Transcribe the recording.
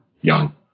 young